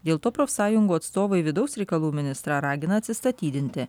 dėl to profsąjungų atstovai vidaus reikalų ministrą ragina atsistatydinti